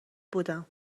بودم